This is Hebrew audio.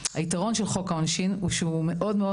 היתרון של חוק העונשין הוא שהוא מאוד מאוד